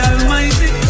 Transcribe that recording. Almighty